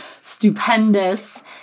stupendous